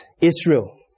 Israel